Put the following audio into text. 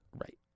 Right